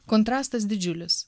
kontrastas didžiulis